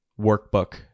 workbook